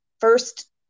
first